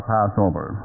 Passover